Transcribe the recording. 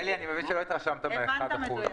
אלי, אני מבין שלא התרשמת מאחד אחוז.